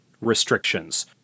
restrictions